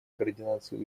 координации